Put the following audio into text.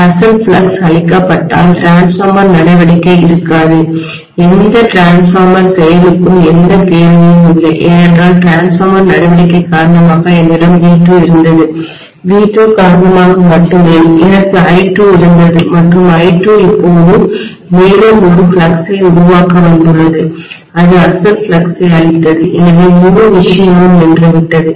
அசல் ஃப்ளக்ஸ் அழிக்கப்பட்டால் டிரான்ஸ்ஃபார்மர் நடவடிக்கை இருக்காது எந்த டிரான்ஸ்ஃபார்மர் செயலுக்கும் எந்த கேள்வியும் இல்லை ஏனென்றால் டிரான்ஸ்ஃபார்மர் நடவடிக்கை காரணமாக என்னிடம் V2 இருந்தது V2 காரணமாக மட்டுமே எனக்கு I2 இருந்தது மற்றும் I2 இப்போது மேலும் ஒரு ஃப்ளக்ஸை உருவாக்க வந்துள்ளது அது அசல் ஃப்ளக்ஸை அழித்தது எனவே முழு விஷயமும் நின்றுவிட்டது